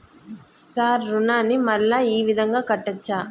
Sir రుణాన్ని మళ్ళా ఈ విధంగా కట్టచ్చా?